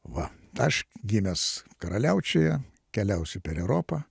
va aš gimęs karaliaučiuje keliausiu per europą